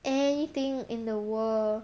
anything in the world